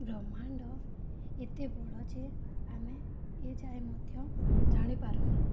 ବ୍ରହ୍ମାଣ୍ଡ ଏତେ ବଡ଼ ଯେ ଆମେ ଏ ଯାଏ ମଧ୍ୟ ଜାଣିପାରୁନି